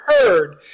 heard